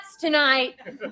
tonight